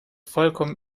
vollkommen